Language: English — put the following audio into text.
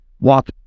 walk